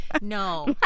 no